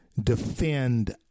defend